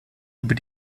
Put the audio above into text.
über